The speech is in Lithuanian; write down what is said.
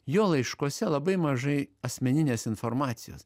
jo laiškuose labai mažai asmeninės informacijos